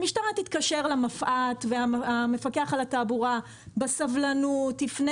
המשטרה תתקשר למפא"ת והמפקח על התעבורה בסבלנות יפנה